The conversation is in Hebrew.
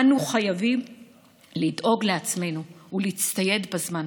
אנו חייבים לדאוג לעצמנו ולהצטייד בזמן.